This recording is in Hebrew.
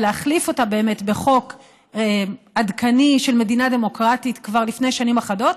ולהחליף אותה באמת בחוק עדכני של מדינה דמוקרטית כבר לפני שנים אחדות.